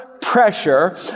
pressure